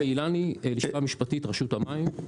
אני מהלשכה המשפטית, רשות המים.